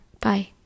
Bye